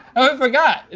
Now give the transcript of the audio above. forgot,